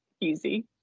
easy